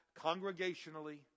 congregationally